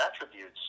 attributes